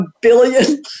billion